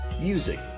Music